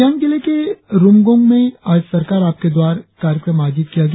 सियांग जिले के रुमगोंग में आज सरकार आपके द्वार कार्यक्रम आयोजित किया गया